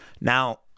Now